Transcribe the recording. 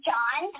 John